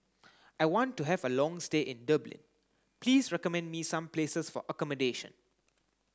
I want to have a long stay in Dublin please recommend me some places for accommodation